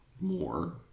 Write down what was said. more